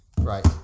Right